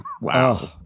Wow